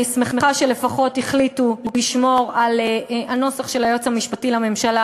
אני שמחה שלפחות החליטו לשמור על הנוסח של היועץ המשפטי לממשלה,